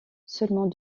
seulement